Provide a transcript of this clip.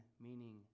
meaning